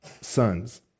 sons